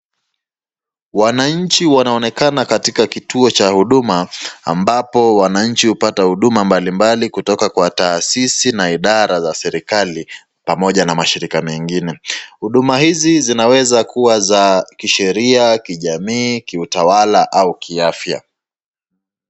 Wananchi wanaonekana katika kituo cha huduma, ambapo wananchi hupata huduma mbalimbali kutoka kwa taasisi na idara za serikali pamoja na mashirika mengine. Huduma hizi zinaweza kuwa za kisheria ,kijamii, kiutawala au kiafya.